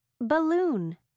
Balloon